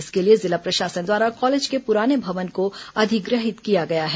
इसके लिए जिला प्रशासन द्वारा कॉलेज के पुराने भवन को अधिग्रहित किया गया है